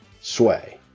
Sway